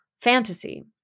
Fantasy